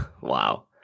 Wow